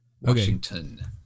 Washington